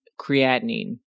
creatinine